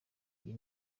iyi